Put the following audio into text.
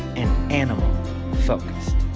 and animal focused.